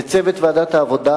לצוות ועדת העבודה,